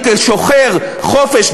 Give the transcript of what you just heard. שוחר חופש,